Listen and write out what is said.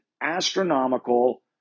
astronomical